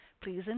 Please